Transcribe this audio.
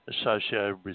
associated